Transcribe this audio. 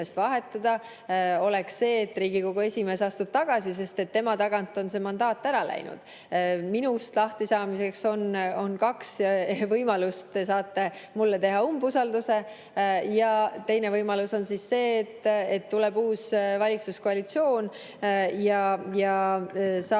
oleks see, et Riigikogu esimees astub tagasi, sest tema tagant on see mandaat ära läinud. Minust lahtisaamiseks on kaks võimalust: te saate mulle teha umbusaldus[avalduse], ja teine võimalus on see, et tuleb uus valitsuskoalitsioon ja